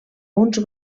uns